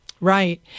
Right